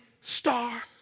star